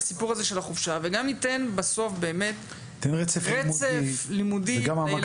גם ייתן מענה לסיפור הזה של החופשה וגם ייתן רצף לימודי לילדים